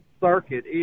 circuit